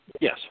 Yes